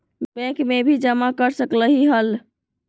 Bank में भी जमा कर सकलीहल?